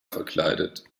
verkleidet